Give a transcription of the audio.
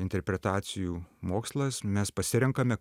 interpretacijų mokslas mes pasirenkame